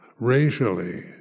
racially